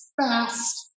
fast